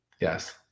yes